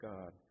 God